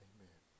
Amen